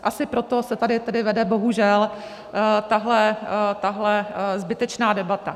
Asi proto se tady tedy vede bohužel tahle zbytečná debata.